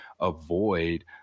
avoid